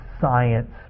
science